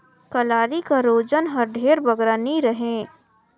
कलारी कर ओजन हर ढेर बगरा नी रहें